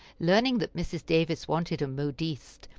learning that mrs. davis wanted a modiste,